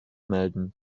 melden